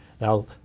Now